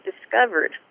discovered